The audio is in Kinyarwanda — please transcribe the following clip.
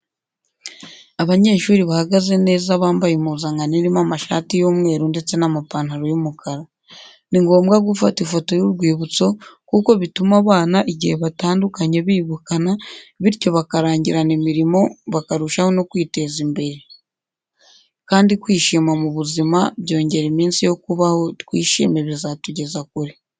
Abanyeshuri bahagaze neza bambaye impuzankano irimo amashati y'umweru ndetse n'amapantaro y'umukara. Ni ngombwa gufata ifoto y'urwibutso kuko bituma abana igihe batandukanye bibukana bityo bakarangirana imirimo bakarushaho no kwiteza imbere. Kandi kwishima mu buzima byongera iminsi yo kubaho twishime bizatugeza kure.